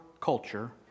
culture